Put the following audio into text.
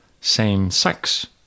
Same-sex